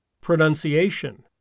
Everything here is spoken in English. Pronunciation